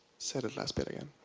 say that last bit again.